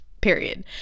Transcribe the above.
period